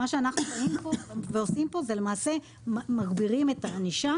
מה שאנחנו עושים פה זה למעשה מגבירים את הענישה